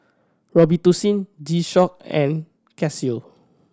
Robitussin G Shock and Casio